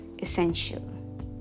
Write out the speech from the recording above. essential